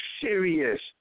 serious